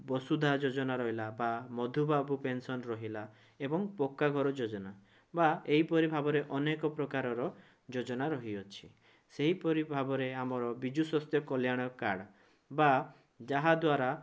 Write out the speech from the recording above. ବସୁଧା ଯୋଜନା ରହିଲା ବା ମଧୁବାବୁ ପେନ୍ସନ୍ ରହିଲା ଏବଂ ପକ୍କାଘର ଯୋଜନା ବା ଏହିପରି ଭାବରେ ଅନେକପ୍ରକାରର ଯୋଜନା ରହିଅଛି ସେହିପରି ଭାବରେ ଆମର ବିଜୁ ସ୍ଵାସ୍ଥ୍ୟ କଲ୍ୟାଣ କାର୍ଡ଼ ବା ଯାହା ଦ୍ୱାରା